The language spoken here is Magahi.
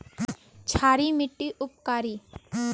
क्षारी मिट्टी उपकारी?